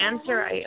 answer